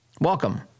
Welcome